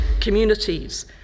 communities